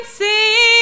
see